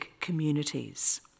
communities